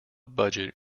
budget